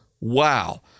wow